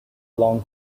long